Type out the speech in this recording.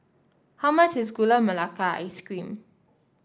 how much is Gula Melaka Ice Cream